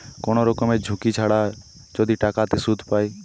কোন রকমের ঝুঁকি ছাড়া যদি টাকাতে সুধ পায়